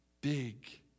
big